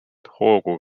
hoogu